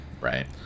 right